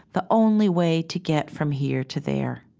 the only way to get from here to there